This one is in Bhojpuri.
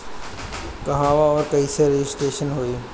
कहवा और कईसे रजिटेशन होई?